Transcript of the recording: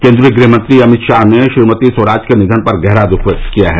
केन्द्रीय गृह मंत्री अमित शाह ने श्रीमती सुषमा स्वराज के निधन पर गहरा दुख व्यक्त किया है